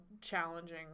challenging